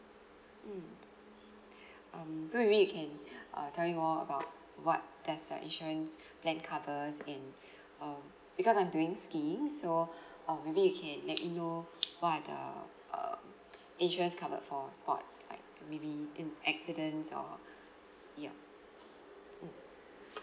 mm um so you mean you can uh tell me more about what there's a insurance plan covers in um because I am doing skiing so or maybe you can let me know what are the err insurance covered for sports like maybe in accidents or yup mm